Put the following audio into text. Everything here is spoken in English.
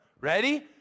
Ready